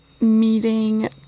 meeting